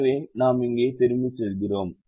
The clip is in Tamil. எனவே நாம் இங்கே திரும்பிச் செல்கிறோம்